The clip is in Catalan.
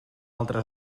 altra